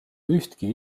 ühtki